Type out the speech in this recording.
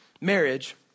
marriage